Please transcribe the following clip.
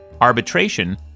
arbitration